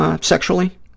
sexually